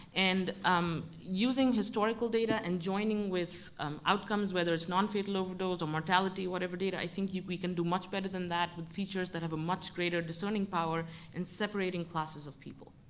and um using historical data and joining with outcomes, whether it's non-fatal overdose or mortality, whatever data, i think we can do much better than that with features that have a much greater discerning power in separating classes of people.